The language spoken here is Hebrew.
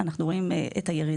אנחנו רואים ירידה.